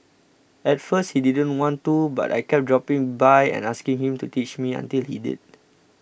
at first he didn't want to but I kept dropping by and asking him to teach me until he did